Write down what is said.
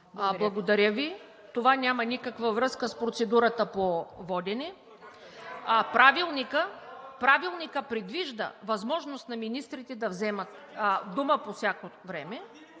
Благодаря Ви. Това няма никаква връзка с процедурата по водене. Правилникът предвижда възможност на министрите да вземат думата по всяко време,